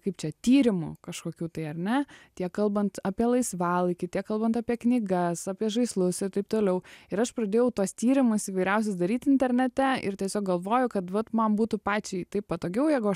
kaip čia tyrimų kažkokių tai ar ne tiek kalbant apie laisvalaikį tiek kalbant apie knygas apie žaislus ir taip toliau ir aš pradėjau tuos tyrimus įvairiausius daryt internete ir tiesiog galvojau kad vat man būtų pačiai taip patogiau jeigu aš